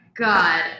God